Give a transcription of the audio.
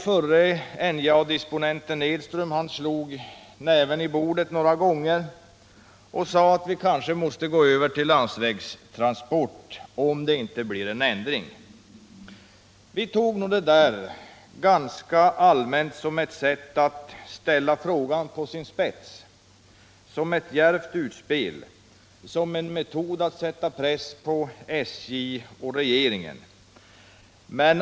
Förre NJA disponenten Edström slog näven i bordet några gånger och sade att vi kanske måste gå över till landsvägstransport om det inte blev någon ändring. Vi tog nog ganska allmänt detta som ett sätt att ställa frågan på sin spets, som ett djärvt utspel, som en metod att sätta press på SJ och regeringen.